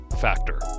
factor